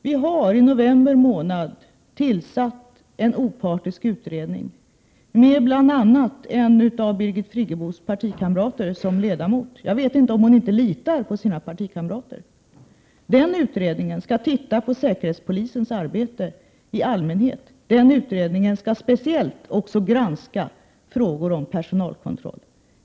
Vi har i november månad förra året tillsatt en opartisk utredning med bl.a. en av Birgit Friggebos partikamrater som ledamot. Jag vet inte om hon inte litar på sina partikamrater. Den utredningen skall titta på säkerhetspolisens arbete i allmänhet. Den utredningen skall också speciellt granska frågor om personalkontroll.